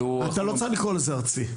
אתה לא צריך לקרוא לזה ארצי.